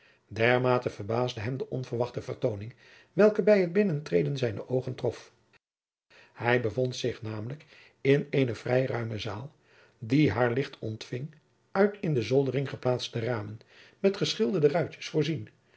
dermate verbaasde hem de onverwachte vertooning welke bij het binnentreden zijne oogen trof jacob van lennep de pleegzoon hij bevond zich namelijk in eene vrij ruime zaal die haar licht ontfing uit in de zoldering geplaatste ramen met geschilderde ruitjens voorzien